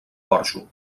porxo